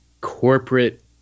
corporate